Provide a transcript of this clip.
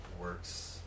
works